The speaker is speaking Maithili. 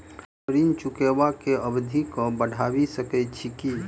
हम ऋण चुकाबै केँ अवधि केँ बढ़ाबी सकैत छी की?